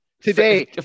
Today